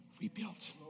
rebuilt